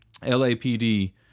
LAPD